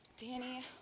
Danny